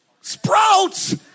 Sprouts